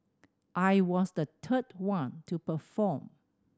I was the third one to perform